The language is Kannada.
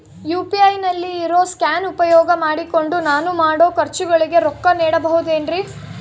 ಯು.ಪಿ.ಐ ನಲ್ಲಿ ಇರೋ ಸ್ಕ್ಯಾನ್ ಉಪಯೋಗ ಮಾಡಿಕೊಂಡು ನಾನು ಮಾಡೋ ಖರ್ಚುಗಳಿಗೆ ರೊಕ್ಕ ನೇಡಬಹುದೇನ್ರಿ?